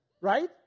right